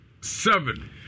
seven